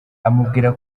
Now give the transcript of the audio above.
amubwira